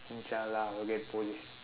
inshallah I will get police